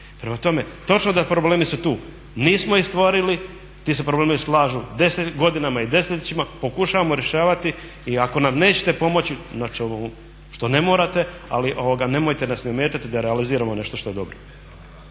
Prema tome, točno da problemi su tu, nismo ih stvorili, ti se problemi slažu godinama i desetljećima, pokušavamo rješavati i ako nam nećete pomoći što ne morate, ali nemojte nas ni ometati da realiziramo nešto što je dobro.